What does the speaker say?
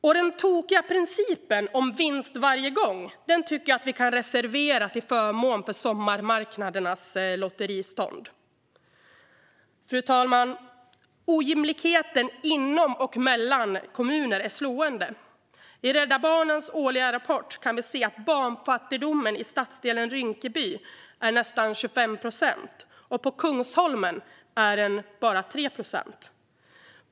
Och den tokiga principen om vinst varje gång tycker jag att vi kan reservera till förmån för sommarmarknadernas lotteristånd. Fru talman! Ojämlikheten inom och mellan kommuner är slående. I Rädda Barnens årliga rapport kan vi se att barnfattigdomen i stadsdelen Rinkeby är nästan 25 procent men bara 3 procent på Kungsholmen.